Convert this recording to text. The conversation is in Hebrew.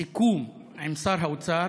הסיכום עם שר האוצר,